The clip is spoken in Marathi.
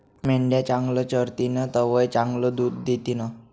मेंढ्या चांगलं चरतीन तवय चांगलं दूध दितीन